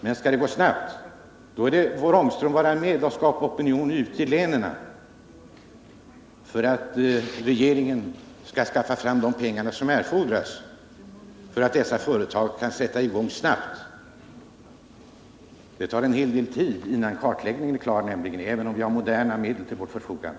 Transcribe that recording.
Men skall det gå snabbt får Rune Ångström vara med och skapa opinion ute i länen för att regeringen skall skaffa fram de pengar som erfordras för att dessa företag skall kunna sätta i gång snabbt. Det tar en hel del tid innan kartläggningen är klar, även om vi har moderna medel till vårt förfogande.